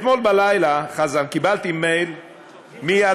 אתמול בלילה, חזן, קיבלתי מייל מאדם,